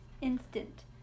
instant